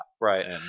Right